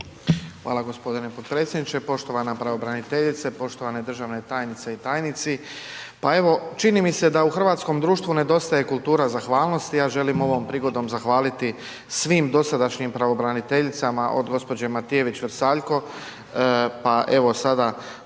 Hvala gospodine potpredsjedniče, poštovana pravobraniteljice, poštovane državne tajnice i tajnici, pa evo čini mi se da u hrvatskom društvu nedostaje kultura zahvalnosti, ja želim ovom prigodom zahvaliti svim dosadašnjim pravobraniteljicama od gospođe Matijević Vrsaljko,